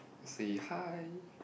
say hi